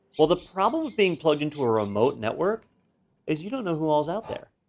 well the problem with being plugged into a remote network is you don't know who all's out there.